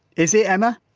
is it emma?